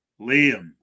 Liam